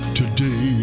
today